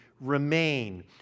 remain